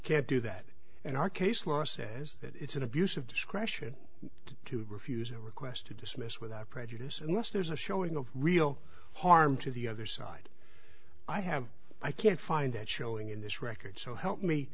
can't do that and our case law says that it's an abuse of discretion to refuse a request to dismiss without prejudice unless there's a showing of real harm to the other side i have i can't find that showing in this record so help me